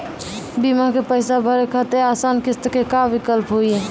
बीमा के पैसा भरे खातिर आसान किस्त के का विकल्प हुई?